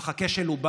אך הכשל הוא בנו.